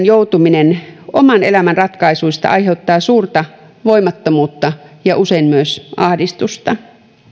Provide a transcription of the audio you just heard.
joutuminen syrjään oman elämän ratkaisuista aiheuttaa suurta voimattomuutta ja usein myös ahdistusta